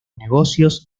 negocios